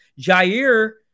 Jair